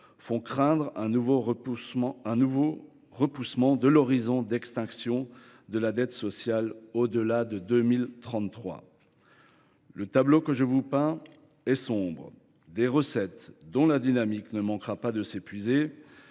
font craindre un nouveau report de l’horizon d’extinction de la dette sociale, au delà de 2033. Le tableau que je vous peins est sombre : des recettes dont la dynamique ne manquera pas de s’épuiser,